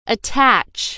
Attach